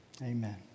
Amen